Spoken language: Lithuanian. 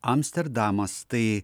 amsterdamas tai